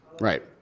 Right